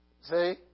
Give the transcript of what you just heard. See